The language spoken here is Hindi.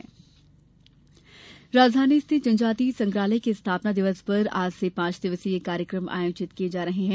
स्थापना वर्षगॉठ राजधानी रिथित जनजातीय संग्रहालय के स्थापना दिवस पर आज से पांच दिवसीय कार्यक्रम आयोजित किये जा रहे हैं